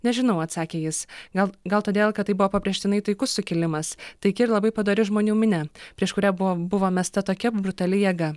nežinau atsakė jis gal gal todėl kad tai buvo pabrėžtinai taikus sukilimas taiki ir labai padori žmonių minia prieš kurią buvo buvo mesta tokia brutali jėga